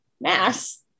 mass